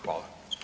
Hvala.